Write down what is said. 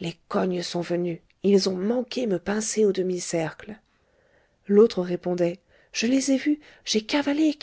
les cognes sont venus ils ont manqué me pincer au demi-cercle l'autre répondait je les ai vus j'ai cavalé